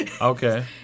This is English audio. Okay